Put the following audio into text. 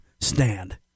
Stand